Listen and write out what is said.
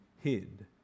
hid